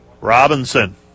Robinson